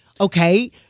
Okay